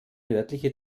nördliche